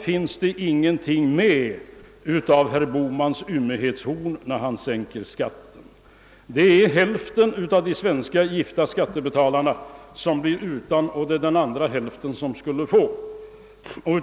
finns det ingenting med i herr Bohmans ymnighetshorn när han vill sänka skatten. Det är hälften av de svenska gifta skattebetalarna som blir utan skattesänkning, medan den andra hälften skulle få skattesänkning.